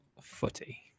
footy